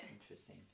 Interesting